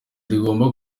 rigomba